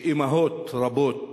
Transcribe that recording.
אמהות רבות